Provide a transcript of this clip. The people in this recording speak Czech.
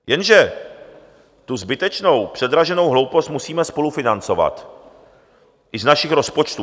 Jenže tu zbytečnou předraženou hloupost musíme spolufinancovat i z našich rozpočtů.